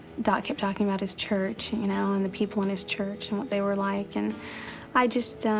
doc kept talking about his church you know and the people in his church and what they were like. and i just